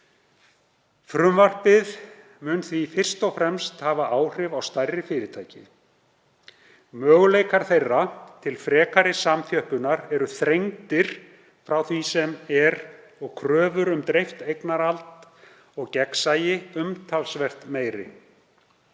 Frumvarpið mun því fyrst og fremst hafa áhrif á stærri fyrirtæki. Möguleikar þeirra til frekari samþjöppunar eru þrengdir frá því sem er og kröfur um dreift eignarhald og gegnsæi umtalsvert meiri.